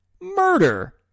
murder